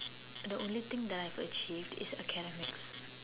the only thing that I have achieve is academics